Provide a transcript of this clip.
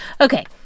Okay